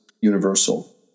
universal